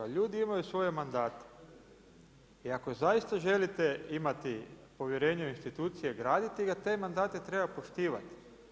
Ljudi imaju svoje mandate i ako zaista želite imati povjerenje u institucije, graditi ga, te mandate treba poštivati.